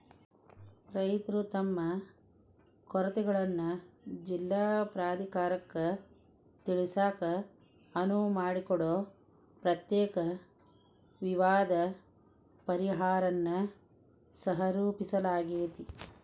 ರೈತರು ತಮ್ಮ ಕೊರತೆಗಳನ್ನ ಜಿಲ್ಲಾ ಪ್ರಾಧಿಕಾರಕ್ಕ ತಿಳಿಸಾಕ ಅನುವು ಮಾಡಿಕೊಡೊ ಪ್ರತ್ಯೇಕ ವಿವಾದ ಪರಿಹಾರನ್ನ ಸಹರೂಪಿಸಲಾಗ್ಯಾತಿ